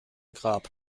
grab